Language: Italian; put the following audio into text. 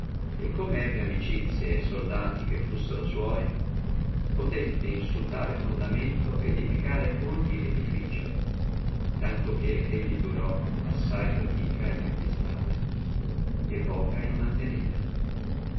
e come ebbe amicizie e soldati che fussino sua possé in su tale fondamento edificare ogni edifizio tanto che lui durò assai fatica in acquistare e poca in mantenere